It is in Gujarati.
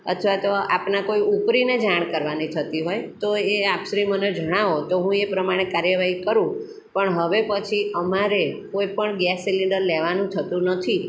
અથવા તો આપના કોઈ ઉપરીને જાણ કરવાની થતી હોય તો એ આપ શ્રી મને જણાવો તો હું એ પ્રમાણે કાર્યવાહી કરું પણ હવે પછી અમારે કોઈ પણ ગેસ સિલિન્ડર લેવાનું થતું નથી